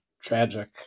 tragic